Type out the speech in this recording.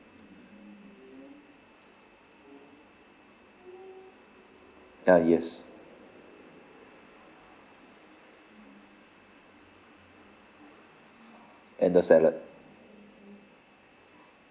ah yes and the salad